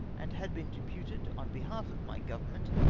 and had been deputed, on behalf of my government,